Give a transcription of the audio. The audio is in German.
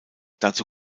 dazu